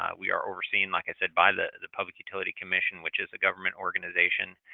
um we are overseen, like i said, by the the public utility commission, which is a government organization,